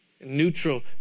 Neutral